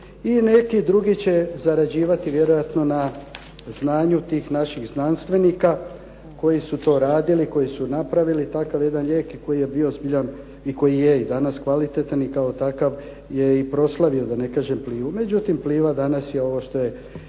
i neki drugi će zarađivati vjerojatno na znanju tih znanstvenika koji su to radili, koji su napravili taj lijek i koji je bio zbilja i koji je i danas kvalitetan i kao i takav je i proslavio da ne kažem Plivu. Međutim, Pliva je i danas što je